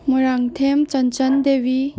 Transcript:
Moirangthem Chanchan Devi